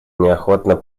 неохотно